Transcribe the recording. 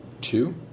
two